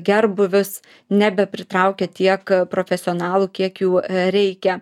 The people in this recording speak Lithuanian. gerbūvis nebepritraukia tiek profesionalų kiek jų reikia